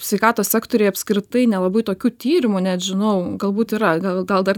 sveikatos sektoriuje apskritai nelabai tokių tyrimų net žinau galbūt yra gal gal dar